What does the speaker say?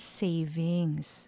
savings